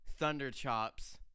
Thunderchops